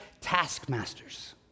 taskmasters